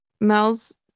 mel's